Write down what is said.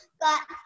got